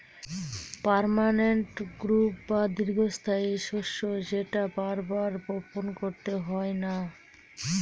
permanent crop বা দীর্ঘস্থায়ী শস্য যেটা বার বার বপন করতে হয় না